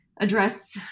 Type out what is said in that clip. address